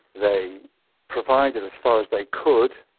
they provided, as far as they could,